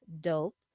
dope